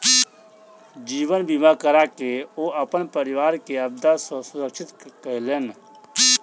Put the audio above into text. जीवन बीमा कराके ओ अपन परिवार के आपदा सॅ सुरक्षित केलैन